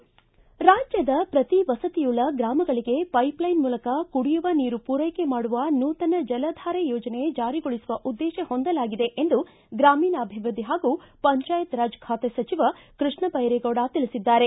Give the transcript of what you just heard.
ರಾಜ್ಞದ ಪ್ರತಿ ವಸತಿಯುಳ್ಳ ಗ್ರಾಮಗಳಗೆ ಪೈಪಲೈನ್ ಮೂಲಕ ಕುಡಿಯುವ ನೀರು ಪೂರೈಕೆ ಮಾಡುವ ನೂತನ ಜಲಧಾರೆ ಯೋಜನೆ ಜಾರಿಗೊಳಿಸುವ ಉದ್ವೇತ ಹೊಂದಲಾಗಿದೆ ಎಂದು ಗ್ರಾಮೀಣಾಭಿವೃದ್ಧಿ ಹಾಗೂ ಪಂಚಾಯತ್ ರಾಜ್ ಖಾತೆ ಸಚಿವ ಕೃಷ್ಣ ಭೈರೇಗೌಡ ತಿಳಿಸಿದ್ದಾರೆ